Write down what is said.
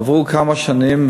עברו כמה שנים,